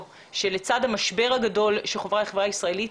שלצד המשבר הגדול שחווה החברה הישראלית,